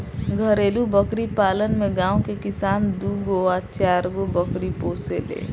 घरेलु बकरी पालन में गांव के किसान दूगो आ चारगो बकरी पोसेले